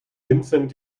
vincent